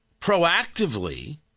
proactively